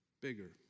bigger